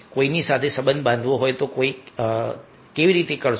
કોઈની સાથે સંબંધ બાંધવો હોય તો કેવી રીતે કરશો